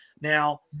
Now